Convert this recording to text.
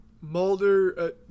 Mulder